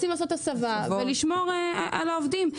רוצים לעשות הסבה ולשמור על העובדים.